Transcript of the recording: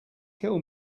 kill